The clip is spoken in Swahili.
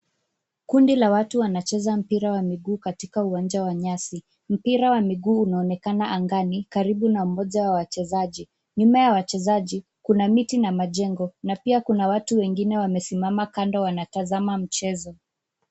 Kundi la watu wanacheza mpira wa miguu katika uwanja wa nyasi. Mpira wa miguu unaonekana angani, karibu na mmoja wa wachezaji. Nyuma ya wachezaji kuna miti na majengo na pia kuna watu wengine wamesimama kando wanatazama mchezo.